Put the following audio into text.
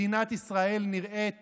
מדינת ישראל נראית